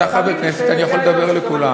אתה חבר כנסת, אני יכול לדבר לכולם.